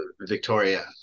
Victoria